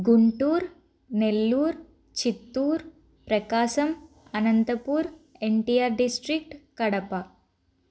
Guntur Nellore Chittoor Prakasam Anantapur NTR district Kadapa